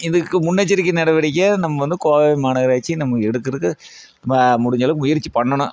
இதுக்கு முன்னெச்சரிக்கை நடவடிக்கை நம்ம வந்து கோவை மாநகராட்சி நம்ம எடுக்கிறதுக்கு முடிஞ்ச அளவுக்கு முயற்சி பண்ணணும்